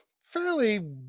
fairly